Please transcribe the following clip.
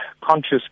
conscious